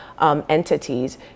entities